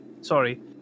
sorry